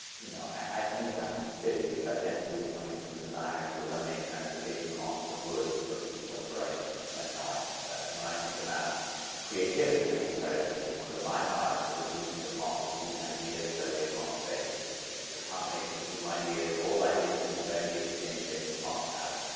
you know, i think about city as about density, as coming from the desire to eliminate transportation costs for goods, for people and for ideas. that's how i think about it. and when i think about creativity, and i think about it as being one of the byproducts of reducing the cost of moving ideas readily across space. it's it's the combination of new ideas, of old ideas into new ideas as jane jacobs talked about it.